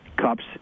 cups